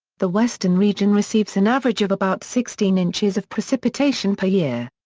the western region receives an average of about sixteen inches of precipitation per year.